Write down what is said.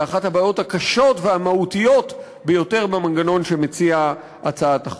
לאחת הבעיות הקשות והמהותיות ביותר במנגנון שמציעה הצעת החוק,